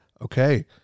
okay